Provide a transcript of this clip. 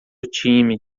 time